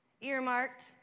earmarked